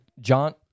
John